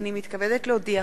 הנני מתכבדת להודיעכם,